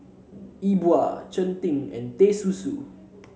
E Bua Cheng Tng and Teh Susu